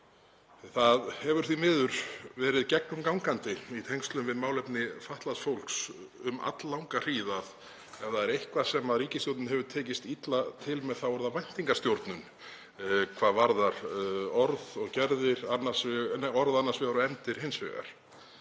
Það hefur því miður verið gegnumgangandi í tengslum við málefni fatlaðs fólks um alllanga hríð að ef það er eitthvað sem ríkisstjórninni hefur tekist illa til með þá er það væntingastjórnun hvað varðar orð annars vegar og efndir hins vegar.